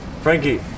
Frankie